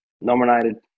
nominated